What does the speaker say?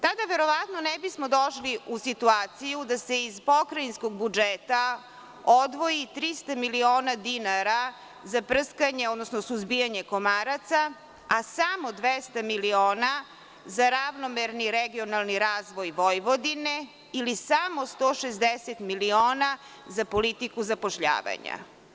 Tada verovatno ne bismo došli u situaciju da se iz pokrajinskog budžeta odvoji 300 miliona dinara za suzbijanje komaraca, a samo 200 miliona za ravnomerni regionalni razvoj Vojvodine ili samo 160 miliona za politiku zapošljavanja.